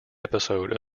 episode